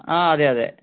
ആ അതെ അതെ